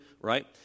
right